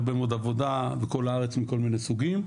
הרבה מאוד עבודה בכל הארץ בכל מיני סוגים.